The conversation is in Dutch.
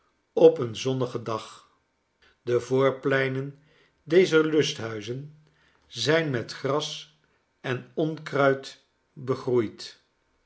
op een zonnigen dag de voorpleinen dezer lusthuizen zijn met gras en onkruid begroeid